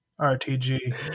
RTG